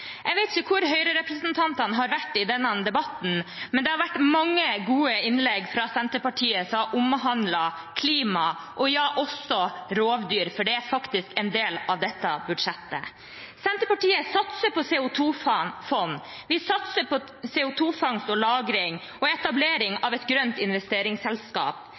har vært i denne debatten, men det har vært mange gode innlegg fra Senterpartiet som har omhandlet klima – og ja, også rovdyr, for det er faktisk en del av dette budsjettet. Senterpartiet satser på CO 2 -fond. Vi satser på CO 2 -fangst og -lagring og etablering av et grønt investeringsselskap.